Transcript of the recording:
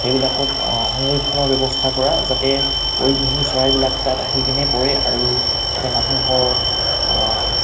সেইবিলাকত সংৰক্ষণৰ ব্যৱস্থা কৰা যাতে পৰিভ্ৰমী চৰাইবিলাক তাত আহি পিনে পৰে আৰু যাতে মানুহৰ